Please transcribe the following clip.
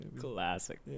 Classic